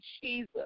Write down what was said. Jesus